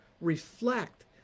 reflect